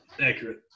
accurate